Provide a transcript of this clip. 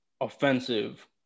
offensive